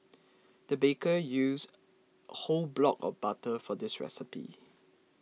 the baker used a whole block of butter for this recipe